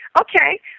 Okay